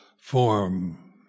form